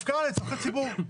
הפקעה לזכות ציבור.